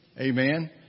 Amen